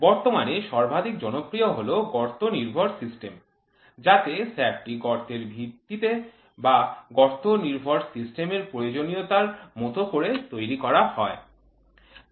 বর্তমানে সর্বাধিক জনপ্রিয় হল গর্ত নির্ভর সিস্টেম যাতে শ্যাফ্টটি গর্তের ভিত্তিতে বা গর্ত নির্ভর সিস্টেম এর প্রয়োজনীয়তার মতো করে তৈরি করা হয়